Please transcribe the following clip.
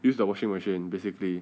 use the washing machine basically